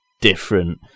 different